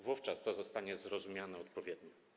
Wówczas to zostanie zrozumiane odpowiednio.